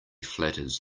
flatters